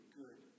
good